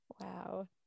Wow